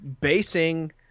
basing